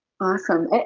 Awesome